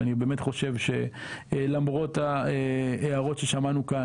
ואני באמת חושב שלמרות ההערות ששמענו כאן